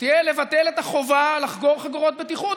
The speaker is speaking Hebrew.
תהיה לבטל את החובה לחגור חגורות בטיחות,